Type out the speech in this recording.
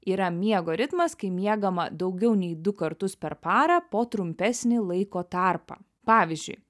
yra miego ritmas kai miegama daugiau nei du kartus per parą po trumpesnį laiko tarpą pavyzdžiui